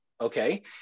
okay